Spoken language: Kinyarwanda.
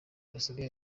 basigaye